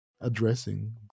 addressing